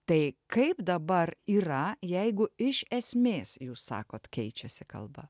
tai kaip dabar yra jeigu iš esmės jūs sakot keičiasi kalba